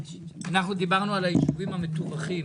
דיברנו על הישובים המטווחים